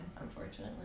unfortunately